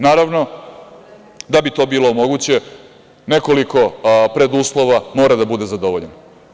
Naravno, da bi to bilo moguće, nekoliko preduslova mora da bude zadovoljeno.